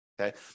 Okay